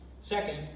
second